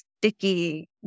sticky